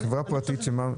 פרטית?